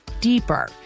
deeper